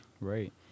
right